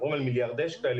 מדובר על מיליארדי שקלים